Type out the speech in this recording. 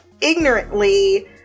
ignorantly